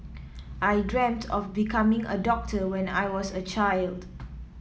I dreamt of becoming a doctor when I was a child